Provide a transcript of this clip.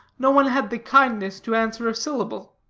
no one had the kindness to answer a syllable.